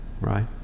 right